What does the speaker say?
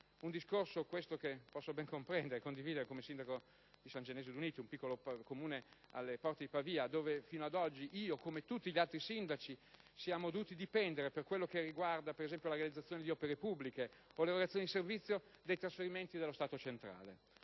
Un discorso, questo, che posso ben comprendere e condividere come Sindaco di San Genesio ed Uniti, un piccolo Comune alle porte di Pavia, dove fino ad oggi io - come tutti gli altri Sindaci - ho sempre dovuto dipendere, per quello che riguarda per esempio la realizzazione di opere pubbliche o l'erogazione dei servizi, dai trasferimenti dello Stato centrale.